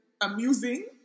amusing